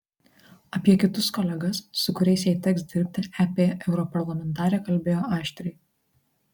apie kitus kolegas su kuriais jai teks dirbti ep europarlamentarė kalbėjo aštriai